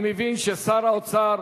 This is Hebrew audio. אני מבין ששר האוצר